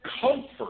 comfort